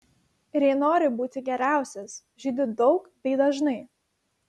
ir jei nori būti geriausias žaidi daug bei dažnai